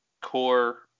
core